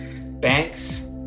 banks